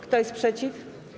Kto jest przeciw?